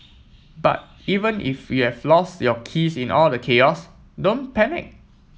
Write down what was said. but even if you've lost your keys in all the chaos don't panic